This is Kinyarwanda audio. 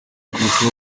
kurusha